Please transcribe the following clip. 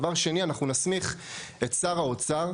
דבי שני, אנחנו נסמיך את שר האוצר,